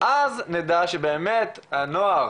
אז נדע שבאמת הנוער